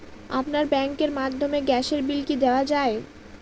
আপনার ব্যাংকের মাধ্যমে গ্যাসের বিল কি দেওয়া য়ায়?